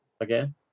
again